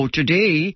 Today